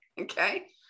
okay